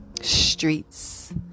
streets